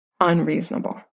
unreasonable